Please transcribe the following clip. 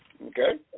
Okay